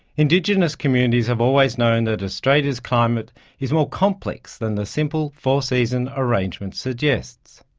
indigenous communities have always known that australia's climate is more complex than a simple four-season arrangement suggests.